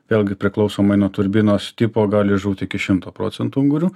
vėlgi priklausomai nuo turbinos tipo gali žūt iki šimto procentų ungurių